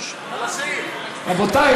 רבותיי,